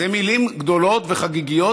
אלו מילים גדולות וחגיגיות,